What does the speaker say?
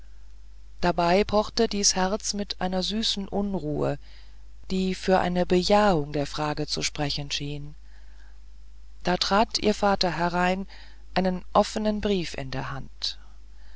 dabei pochte dies herz mit einer süßen unruhe die für eine bejahung der frage zu sprechen schien da trat ihr vater herein einen offenen brief in der hand